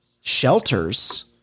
shelters